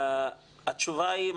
התשובה היא,